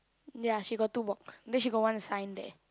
ya she got two box then she got one sign there